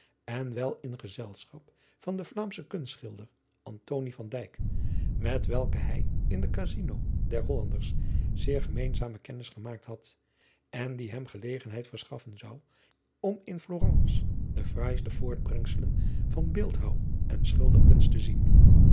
en wel in gezelschap van den vlaamschen kunstschilder antonie van dijk met welken hij in de casino der hollanders zeer gemeenzame kennis gemaakt had en die hem gelegenheid verschaffen zou om in florence de fraaiste voortbrengsels van beeldhouw en schilderkunst te zien